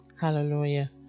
Hallelujah